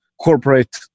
corporate